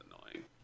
annoying